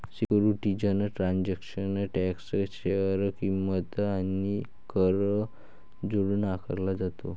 securities transaction tax share किंमत आणि कर जोडून आकारला जातो